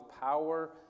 power